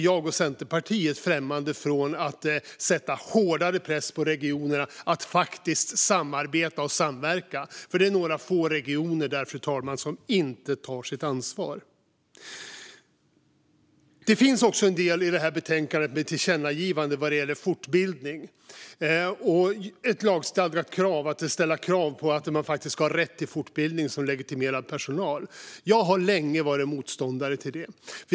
Jag och Centerpartiet är inte främmande för att sätta hårdare press på regionerna att faktiskt samarbeta och samverka. Det är några få regioner, fru talman, som inte tar sitt ansvar. Det finns också i detta betänkande ett tillkännagivande gällande fortbildning och ett lagstadgat krav på att man ska ha rätt till fortbildning som legitimerad personal. Jag har länge varit motståndare till detta.